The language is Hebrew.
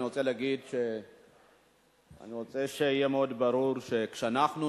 אני רוצה להגיד שאני רוצה שיהיה מאוד ברור שכשאנחנו,